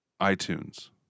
iTunes